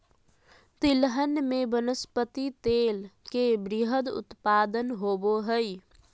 तिलहन में वनस्पति तेल के वृहत उत्पादन होबो हइ